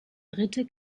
dritte